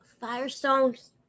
firestones